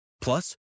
Plus